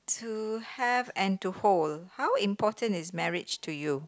to have and to hold how important is marriage to you